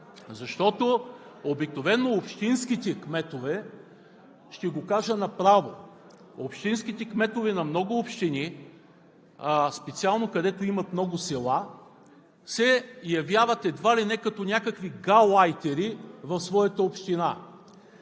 Защо, колеги? Защото, ще го кажа направо: общинските кметове на много общини, специално където имат много села, се явяват едва ли не като някакви гаулайтери в своята община.